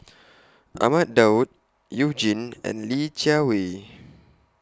Ahmad Daud YOU Jin and Li Jiawei